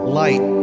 light